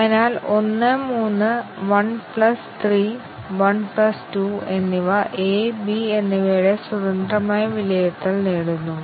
അതിനാൽ ഡാഷ് എന്ന് എഴുതിയ ആറ്റോമിക് എക്സ്പ്രഷന്റെ മൂല്യം കണക്കിലെടുക്കാതെ കംപൈലർ വിലയിരുത്തും